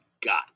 got